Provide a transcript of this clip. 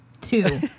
Two